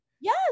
yes